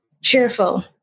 cheerful